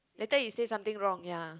later you say something wrong ya